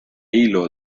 hilo